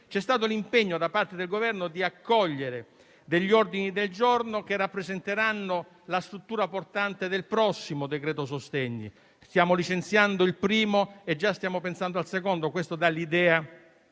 C'è stato l'impegno da parte del Governo di accogliere degli ordini del giorno che rappresenteranno la struttura portante del prossimo decreto-legge sostegni. Stiamo licenziando il primo e già stiamo pensando al secondo. Ciò dà l'idea